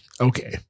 Okay